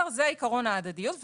זה עיקרון ההדדיות.